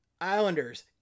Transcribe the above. islanders